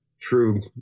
true